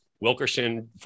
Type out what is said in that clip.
Wilkerson